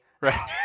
right